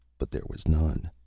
but there was none.